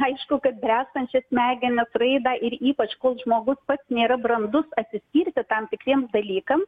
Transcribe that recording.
aišku kad bręstančias smegenis raidą ir ypač kol žmogus pats nėra brandus atsispirti tam tikriems dalykam